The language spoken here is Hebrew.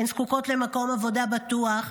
הן זקוקות למקום עבודה בטוח,